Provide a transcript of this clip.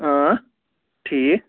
آ ٹھیٖکھ